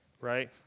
right